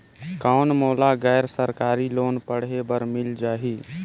कौन मोला गैर सरकारी लोन पढ़े बर मिल जाहि?